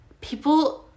people